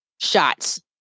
shots